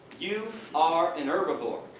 you are an herbivore.